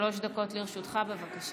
שלוש דקות לרשותך, בבקשה.